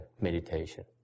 meditation